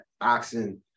oxen